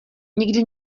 někde